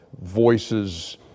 voices